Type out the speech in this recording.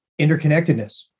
interconnectedness